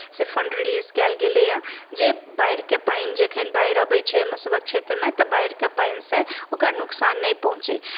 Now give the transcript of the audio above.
से fund release कयल गेलैए जे बाढ़िक पानि जखन बाढ़ि अबैत छै हमरसभक क्षेत्रमे तऽ बाढ़िक पानिसँ ओकरा नुकसान नहि पहुँचै